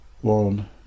One